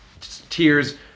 tears